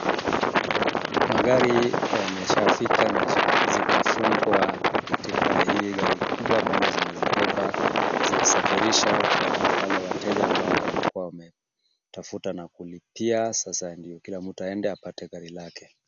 Magari yameshafika na zimefungwa katika hii gari kubwa ambalo zimezibeba zikisafirisha kwa wale wateja ambao walikuwa wametafuta na kulipia sasa ndio kila mtu aende apate gari lake.